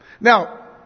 Now